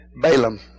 Balaam